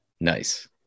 Nice